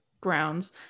grounds